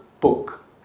book